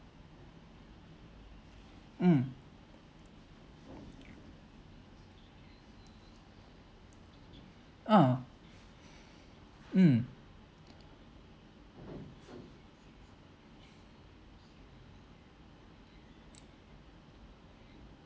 mm ah mm